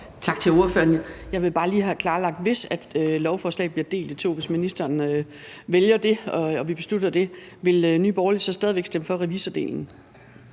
Tak til ordføreren. Jeg vil bare lige have klarlagt: Hvis lovforslaget bliver delt i to, hvis ministeren vælger det og vi beslutter det, vil Nye Borgerlige så stadig væk stemme for revisordelen?